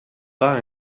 pas